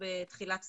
בתחילת סיכומך.